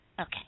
Okay